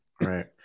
right